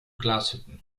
glashütten